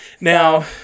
Now